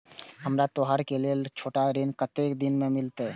हमरा त्योहार के लेल छोट ऋण कते से मिलते?